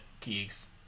geeks